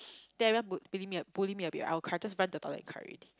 then everyone bull~ beully me bully me a bit I will cry just run to toilet and cry already